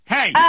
Hey